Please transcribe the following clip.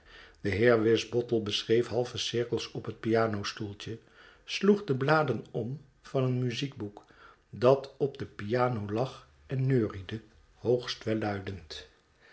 de heer wisbottle beschreef halve cirkels op het pianostoeltje sloeg de bladen om van een muziekboek dat op de piano lag en neuriede hoogst